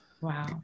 Wow